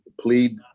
plead